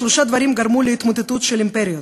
שלושה דברים גרמו להתמוטטות של אימפריות: